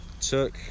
took